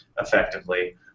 effectively